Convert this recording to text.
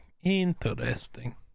Interesting